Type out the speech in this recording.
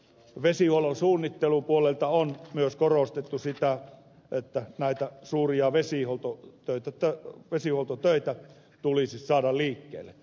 vesihuollon suunnittelupuolelta on myös korostettu sitä että näitä suuria vesihuoltotöitä tulisi saada liikkeelle